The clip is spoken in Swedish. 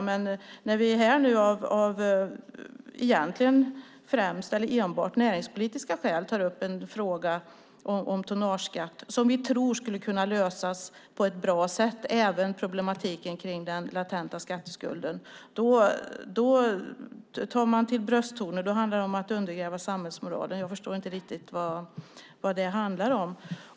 Men när vi här av enbart näringspolitiska skäl tar upp en fråga om tonnageskatt, och vi tror att även problematiken om den latenta skatteskulden skulle kunna lösas på ett bra sätt, tar man till brösttoner. Då handlar det om att undergräva samhällsmoralen. Jag förstår inte riktigt vad det handlar om.